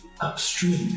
upstream